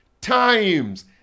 times